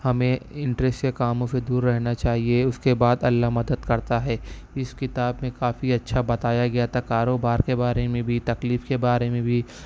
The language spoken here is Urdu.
ہمیں انٹریس کے کاموں سے دور رہنا چاہیے اس کے بعد اللہ مدد کرتا ہے اس کتاب میں کافی اچھا بتایا گیا تھا کاروبار کے بارے میں بھی تکلیف کے بارے میں بھی